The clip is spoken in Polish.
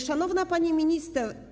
Szanowna Pani Minister!